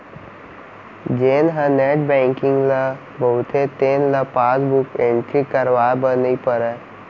जेन हर net banking ल बउरथे तेन ल पासबुक एंटरी करवाए बर नइ परय